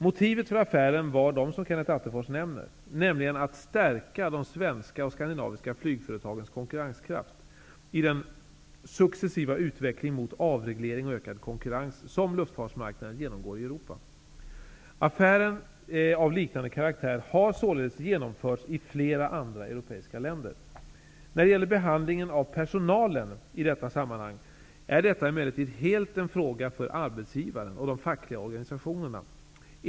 Motivet för affären var det som Kenneth Attefors nämner, nämligen att stärka de svenska och skandinaviska flygföretagens konkurrenskraft i den successiva utvecklingen mot avreglering och ökad konkurrens som luftfartsmarknaden genomgår i Europa. Affärer av liknande karaktär har således genomförts i flera andra europeiska länder. När det gäller behandlingen av personalen i detta sammanhang är detta emellertid helt en fråga för arbetsgivaren och de fackliga organisationerna.